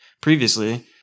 previously